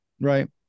Right